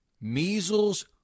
Measles